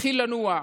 יתחיל לנוע,